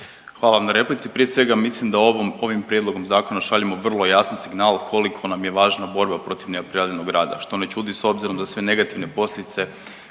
Hvala vam na replici. Prije svega, mislim da ovim Prijedlogom zakona šaljemo vrlo jasan signal koliko nam je važno borba protiv neprijavljenog rada, što ne čudi s obzirom da sve negativne posljedice